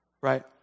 right